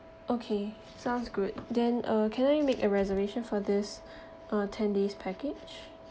okay sounds good then uh can I make a reservation for this uh ten days package